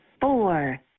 four